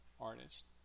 artist